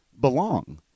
belong